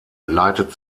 leitet